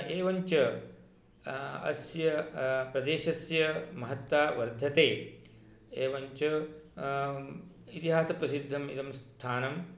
एवञ्च अस्य प्रदेशस्य महत्ता वर्धते एवञ्च इतिहासप्रशिद्धम् इदं स्थानम्